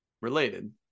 related